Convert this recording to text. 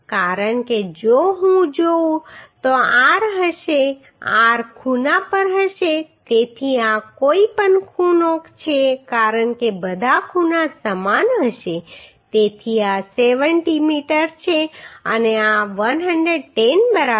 કારણ કે જો હું જોઉં તો r હશે r ખૂણા પર હશે તેથી આ કોઈપણ ખૂણો છે કારણ કે બધા ખૂણા સમાન હશે તેથી આ 70 છે અને આ 110 બરાબર છે